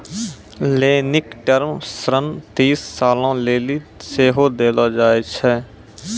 लेनिक टर्म ऋण तीस सालो लेली सेहो देलो जाय छै